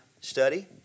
study